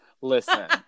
Listen